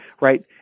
right